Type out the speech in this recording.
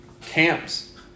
camps